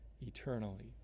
eternally